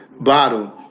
bottle